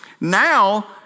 now